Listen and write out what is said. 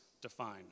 Define